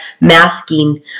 masking